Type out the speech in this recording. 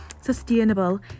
sustainable